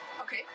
Okay